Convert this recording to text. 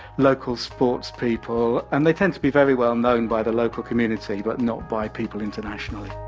local sports people. and they tend to be very well known by the local community but not by people internationally.